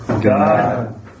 God